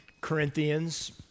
Corinthians